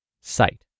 sight